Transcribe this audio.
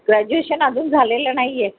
graduation अजून झालेलं नाही आहे